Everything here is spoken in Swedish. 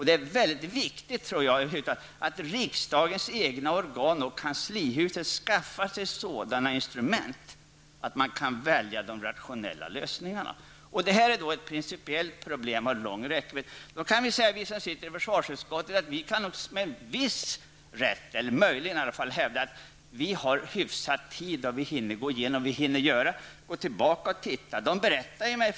Det är enligt min mening viktigt att riksdagens egna organ och kanslihuset skaffar sig sådana instrument att man kan välja de rationella lösningarna. Detta är ett principiellt problem med lång räckvidd. Vi som sitter i försvarsutskottet kan möjligen med viss rätt hävda att vi har hyfsat med tid och att vi hinner gå igenom arbetsmaterialet. Vi hinner gå tillbaka och titta på tidigare beslut.